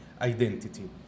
identity